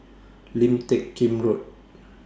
Lim Teck Kim Road